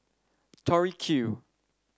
Tori Q